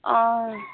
অঁ